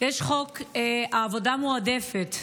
עבודה מועדפת.